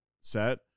set